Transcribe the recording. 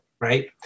right